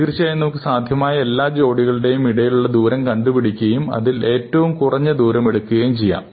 തീർച്ചയായും നമുക്ക് സാധ്യമായ എല്ലാ ജോഡികളുടെയും ഇടയിലുള്ള ദൂരം കണ്ടുപിടിക്കുകയും അതിൽ ഏറ്റവും കുറഞ്ഞ ദൂരം എടുക്കുകയും ചെയ്യാം